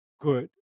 good